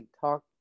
talk